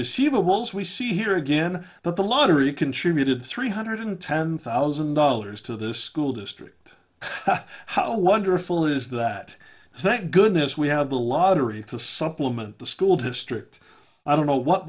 receivables we see here again but the lottery contributed three hundred ten thousand dollars to this school district how wonderful is that thank goodness we have a lottery to supplement the school district i don't know what